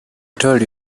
told